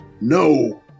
No